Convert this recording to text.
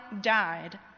died